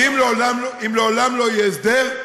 ואם לעולם לא יהיה ההסדר,